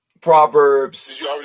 Proverbs